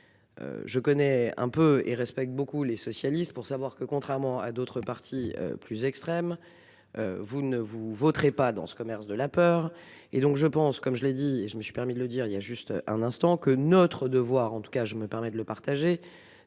Je connais un peu et respecte beaucoup les socialistes pour savoir que contrairement à d'autres partis plus extrêmes. Vous ne vous voterez pas dans ce commerce de la peur et donc je pense comme je l'ai dit et je me suis permis de le dire, il y a juste un instant que notre devoir en tout cas je me permets de le partager